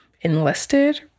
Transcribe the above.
enlisted